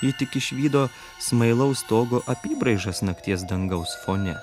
ji tik išvydo smailaus stogo apybraižas nakties dangaus fone